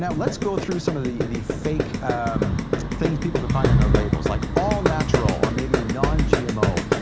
but let's go through some of the the fake things people can find on their labels, like all natural, or maybe non-gmo.